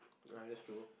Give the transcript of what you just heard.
alright let's do